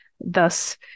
thus